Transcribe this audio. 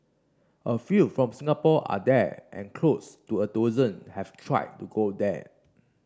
a few from Singapore are there and close to a dozen have tried to go there